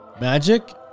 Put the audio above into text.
Magic